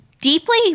deeply